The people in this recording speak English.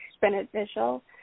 beneficial